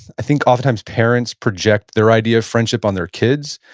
i think oftentimes, parents project their idea of friendship on their kids,